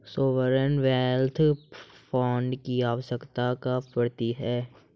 Sovereign wealth fund की आवश्यकता कब पड़ती है?